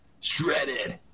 Shredded